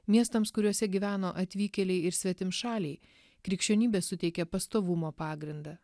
miestams kuriuose gyveno atvykėliai ir svetimšaliai krikščionybė suteikė pastovumo pagrindą